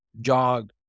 jog